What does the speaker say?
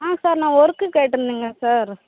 ஆ sir நான் work கேட்டிருந்தேங்க sir